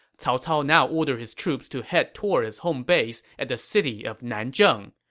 cao cao now ordered his troops to head toward his home base at the city of nanzheng,